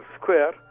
square